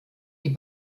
die